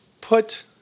put